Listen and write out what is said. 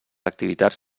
activitats